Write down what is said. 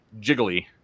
jiggly